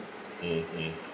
mmhmm